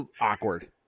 awkward